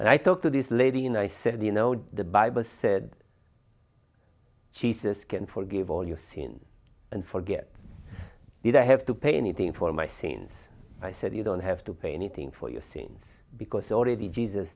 and i talked to this lady and i said you know the bible said jesus can forgive all your sin and forget did i have to pay anything for my sins i said you don't have to pay anything for your sins because already jesus